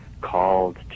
called